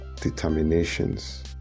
determinations